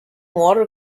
water